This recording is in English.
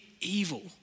evil